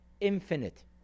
infinite